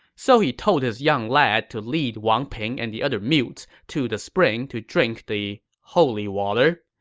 so he told his young lad to lead wang ping and the other mutes to the spring to drink the holy water.